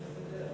נסים זאב,